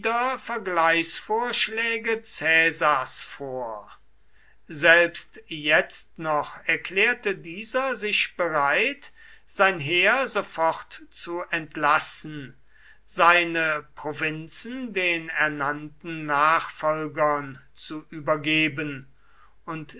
vergleichsvorschläge caesars vor selbst jetzt noch erklärte dieser sich bereit sein heer sofort zu entlassen seine provinzen den ernannten nachfolgern zu übergeben und